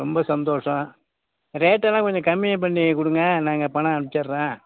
ரொம்ப சந்தோஷம் ரேட்டெல்லாம் கொஞ்சம் கம்மி பண்ணிக் கொடுங்க நாங்கள் பணம் அனுப்ச்சிடுறேன்